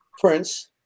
Prince